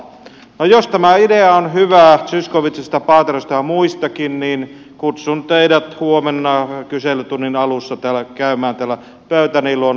no jos tämä idea on hyvä zyskowiczista paaterosta ja muistakin niin kutsun teidät huomenna kyselytunnin alussa käymään täällä pöytäni luona